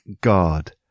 God